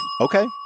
Okay